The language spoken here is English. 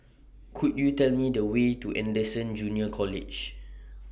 Could YOU Tell Me The Way to Anderson Junior College